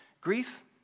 grief